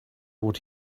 what